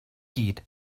gyd